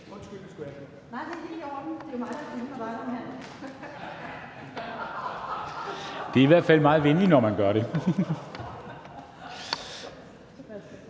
Det er i hvert fald meget venligt, når man gør det.